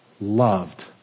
loved